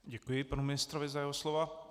Děkuji panu ministrovi za jeho slova.